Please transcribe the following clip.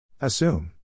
Assume